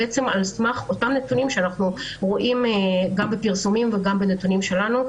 על סמך אותם נתונים שאנחנו רואים גם בפרסומים וגם בנתונים שלנו,